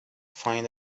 find